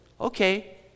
Okay